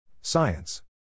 Science